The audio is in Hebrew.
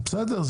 בסדר.